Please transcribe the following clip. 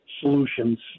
solutions